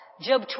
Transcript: Job